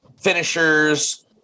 finishers